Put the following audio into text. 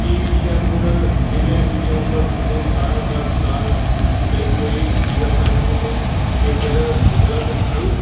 ਕੀ ਬੀਜਾਪੁਰ ਜ਼ਿਲ੍ਹੇ ਵਿੱਚ ਉਮਰ ਸਮੂਹ ਆਠਾਰ੍ਹਾਂ ਪਲੱਸ ਸਾਲ ਲਈ ਕੋਈ ਟੀਕਾਕਰਨ ਕੇਂਦਰ ਉਪਲਬਧ ਹਨ